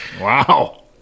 Wow